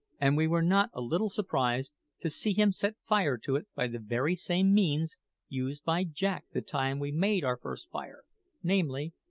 and we were not a little surprised to see him set fire to it by the very same means used by jack the time we made our first fire namely,